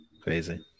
crazy